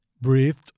breathed